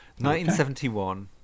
1971